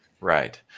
Right